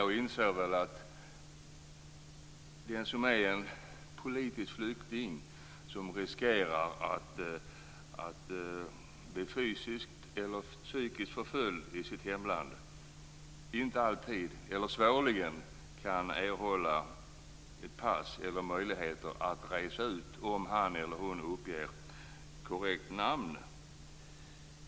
Jag inser att den som är politisk flykting och riskerar att bli fysiskt eller psykiskt förföljd i sitt hemland svårligen kan erhålla ett pass eller möjligheter att resa ut om han eller hon uppger korrekt namn.